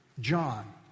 John